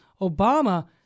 Obama